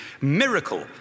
miracle